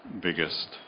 biggest